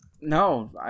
No